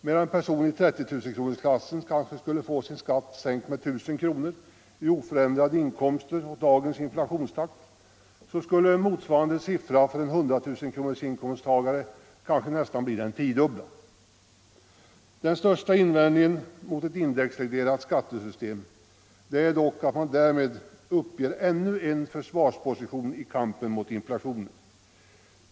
Medan en person i 30 000-kronorsklassen kanske skulle få sin skatt sänkt med 1 000 kronor vid oförändrade inkomster och med dagens inflationstakt, så skulle motsvarande siffra för en 100 000-kronorsinkomsttagare kunna bli nästan den tiodubbla. Den största invändningen mot ett indexreglerat skattesystem är dock att man därmed uppger ännu en försvarsposition i kampen mot inflationen.